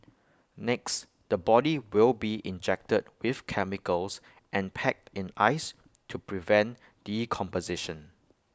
next the body will be injected with chemicals and packed in ice to prevent decomposition